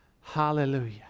Hallelujah